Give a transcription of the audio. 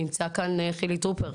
נמצא כאן חילי טרופר,